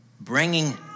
bringing